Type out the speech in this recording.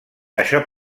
això